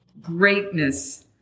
greatness